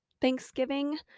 Thanksgiving